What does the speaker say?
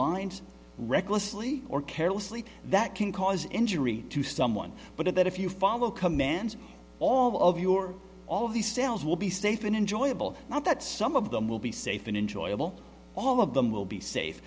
lines recklessly or carelessly that can cause injury to someone but it that if you follow commands all of your all of these cells will be safe and enjoyable not that some of them will be safe and enjoyable all of them will be safe